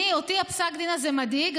אותי פסק הדין הזה מדאיג.